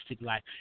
life